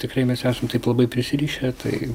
tikrai mes esam taip labai prisirišę tai